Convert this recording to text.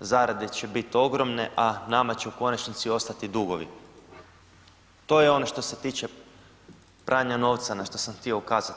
zarade će biti ogromne, a nama će u konačnici ostati dugovi, to je ono što se tiče pranja novca na što sam htio ukazat.